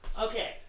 Okay